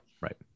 Right